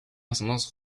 ascendance